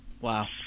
Wow